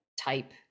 type